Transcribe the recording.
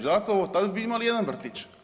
Đakovo tada bi imali jedan vrtić.